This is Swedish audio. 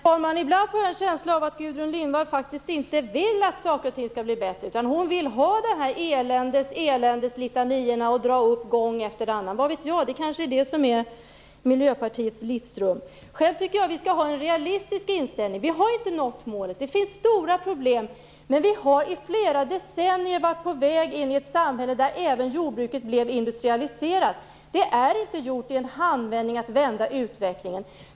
Herr talman! Ibland får jag en känsla av att Gudrun Lindvall faktiskt inte vill att saker och ting skall bli bättre utan vill ha dessa eländeslitanior att dra upp gång efter annan. Det är kanske det som är Miljöpartiets livsrum. Själv tycker jag att vi skall ha en realistiskt inställning. Vi har inte nått målet. Det finns stora problem. Men vi har i flera decennier varit på väg in i ett samhälle där även jordbruket blev industrialiserat. Det är inte gjort i en handvändning att vända utvecklingen.